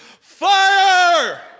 FIRE